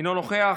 אינו נוכח,